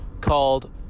called